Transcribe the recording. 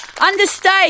understate